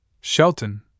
Shelton